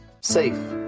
Safe